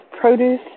produce